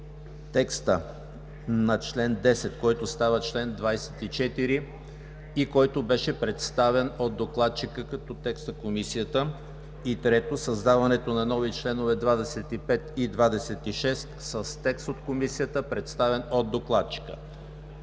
текста на чл. 10, който става чл. 24 и беше представен от докладчика, като текст на Комисията и, трето, създаването на нови членове 25 и 26 с текст от Комисията, представен от докладчика.